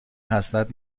حسرت